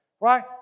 Right